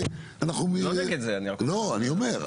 אני אומר,